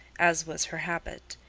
as was her habit,